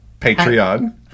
Patreon